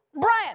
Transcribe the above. Brian